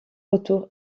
retour